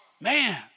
Man